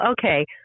okay